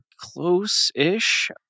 close-ish